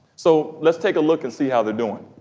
so, let's take a look and see how they're doing.